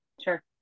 Sure